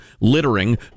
littering